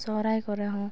ᱥᱚᱦᱚᱨᱟᱭ ᱠᱚᱨᱮ ᱦᱚᱸ